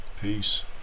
Peace